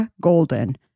Golden